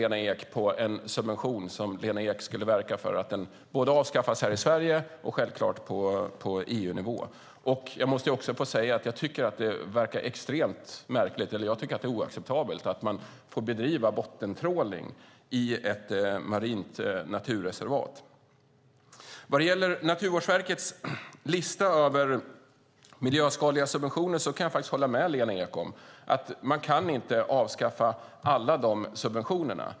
Lena Ek borde verka för att denna subvention avskaffas både här i Sverige och självklart på EU-nivå. Jag tycker dessutom att det är extremt märkligt och oacceptabelt att man får bedriva bottentrålning i ett marint naturreservat. Vad gäller Naturvårdsverkets lista över miljöskadliga subventioner kan jag hålla med Lena Ek om att man inte kan avskaffa alla de subventionerna.